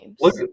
Look